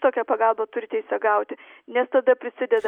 tokią pagalbą turi teisę gauti nes tada prisideda